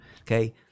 okay